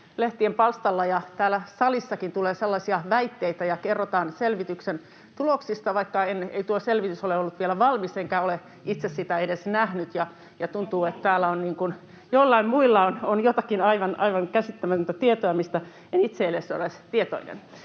lehtien palstoilla ja täällä salissakin tulee sellaisia väitteitä ja kerrotaan selvityksen tuloksista, vaikka ei tuo selvitys ole ollut vielä valmis enkä ole itse sitä edes nähnyt. [Sebastian Tynkkynen: Mutta puolustellut!] Tuntuu, että täällä joillain muilla on jotakin aivan käsittämätöntä tietoa, mistä en itse edes ole tietoinen.